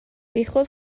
بیخود